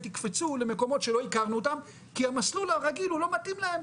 יקפצו למקומות שלא הכרנו אותם כי המסלול הרגיל הוא לא מתאים להם,